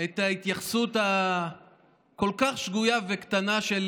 את ההתייחסות הכל-כך שגוייה וקטנה של